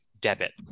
debit